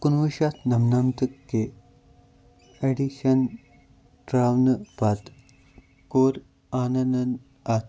کُنوُہ شٮ۪تھ نمنمتہٕ کہِ ایٚڈیشن ترٛاونہٕ پتہٕ کوٚر آننٛدَن اَتھ